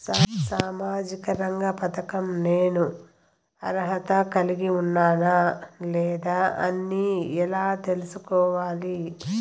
సామాజిక రంగ పథకం నేను అర్హత కలిగి ఉన్నానా లేదా అని ఎలా తెల్సుకోవాలి?